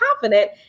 confident